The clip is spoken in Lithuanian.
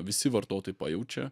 visi vartotojai pajaučia